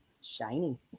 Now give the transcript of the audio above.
shiny